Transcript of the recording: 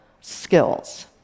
skills